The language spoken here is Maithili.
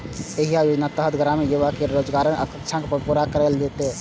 एहि योजनाक तहत ग्रामीण युवा केर रोजगारक आकांक्षा के पूरा कैल जेतै